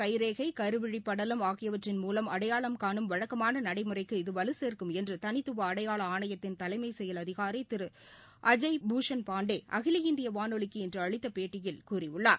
கைரேகை கருவிழிப் படலம் ஆகியவற்றின் மூலம் அடையாளம் தனிநபர் காணம் வழக்கமானநடைமுறைக்கு இது வலுசோ்க்கும் என்றுதனித்துவ அடையாள ஆணையத்தின் தலைமை செயல் அதிகாரிதிருஅஜய் பூஷன் பாண்டேஅகில இந்தியவானொலிக்கு இன்றுஅளித்தபேட்டியில் கூறியுள்ளார்